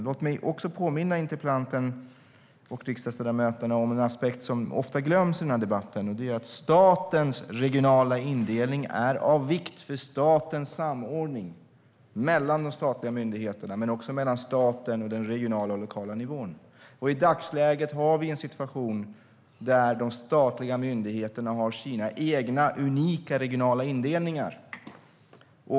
Låt mig påminna interpellanten och riksdagsledamöterna om en aspekt som ofta glöms, nämligen att statens regionala indelning är av vikt för statens samordning, alltså samordningen mellan de statliga myndigheterna och mellan staten och den regionala och lokala nivån. I dagsläget har vi en situation där de statliga myndigheterna har sina egna, unika regionala indelningar.